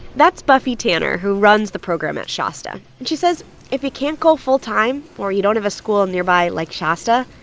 that's buffy tanner, who runs the program at shasta. she says if you can't go full-time or you don't have a school nearby like shasta,